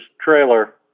trailer